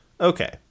Okay